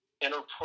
enterprise